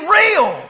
real